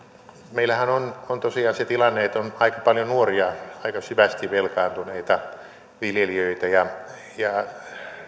meillähän on on tosiaan se tilanne että on aika paljon nuoria aika syvästi velkaantuneita viljelijöitä ja ja